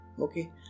Okay